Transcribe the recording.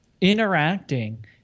interacting